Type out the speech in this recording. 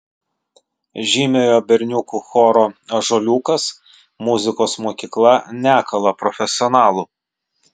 žymiojo berniukų choro ąžuoliukas muzikos mokykla nekala profesionalų